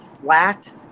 flat